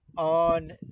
On